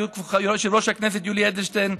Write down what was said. יושב-ראש הכנסת יולי אדלשטיין,